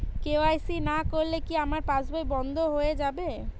KYC না করলে কি আমার পাশ বই বন্ধ হয়ে যাবে?